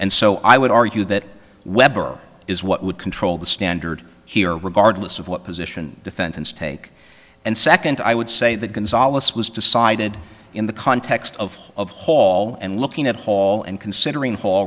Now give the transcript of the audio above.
and so i would argue that weber is what would control the standard here regardless of what position defendants take and second i would say that gonzales was decided in the context of of hall and looking at hall and considering hall